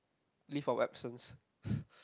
leave of absence